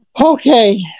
okay